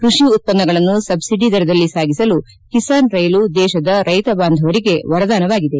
ಕೃಷಿ ಉತ್ಪನ್ನಗಳನ್ನು ಸಬ್ಲಡಿ ದರದಲ್ಲಿ ಸಾಗಿಸಲು ಕಿಸಾನ್ ರೈಲು ದೇಶದ ರೈತ ಬಾಂಧವರಿಗೆ ವರದಾನವಾಗಿದೆ